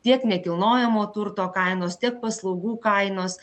tiek nekilnojamo turto kainos tiek paslaugų kainos